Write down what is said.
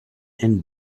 and